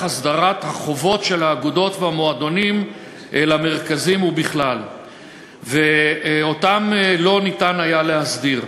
הסדרת החובות של האגודות והמועדונים למרכזים ובכלל שלא היה ניתן להסדיר.